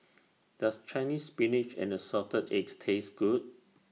Does Chinese Spinach and Assorted Eggs Taste Good